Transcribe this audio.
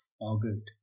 August